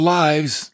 lives